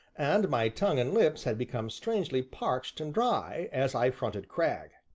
and my tongue and lips had become strangely parched and dry, as i fronted cragg.